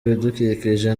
ibidukikije